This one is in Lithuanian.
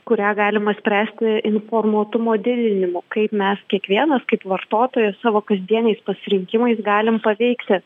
kurią galima spręsti informuotumo didinimu kaip mes kiekvienas kaip vartotojas savo kasdieniais pasirinkimais galim paveikti